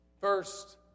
First